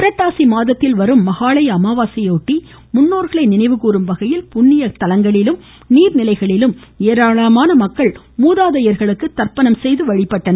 புரட்டாசி மாதத்தில் வரும் மகாளய அமாவாசையொட்டி முன்னோர்களை நினைவு கூறும் வகையில் புண்ணிய ஸ்தலங்களிலும் நீர்நிலைகளிலும் ஏராளமான மக்கள் மூதாதையர்களுக்கு தர்ப்பணம் செய்து வழிபட்டனர்